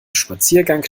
spaziergang